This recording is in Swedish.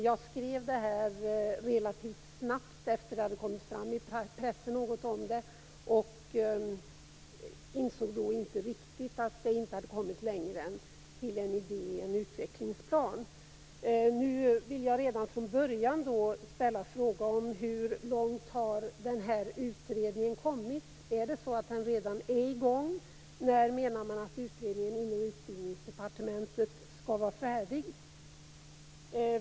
Jag skrev interpellationen relativt snabbt efter att det kommit fram något om detta i pressen och insåg då inte riktigt att det inte hade kommit längre än till en idé i en utvecklingsplan. Nu vill jag redan från början fråga: Hur långt har den här utredningen kommit? Är den redan i gång? När menar man att utredningen inom Utbildningsdepartementet skall vara färdig?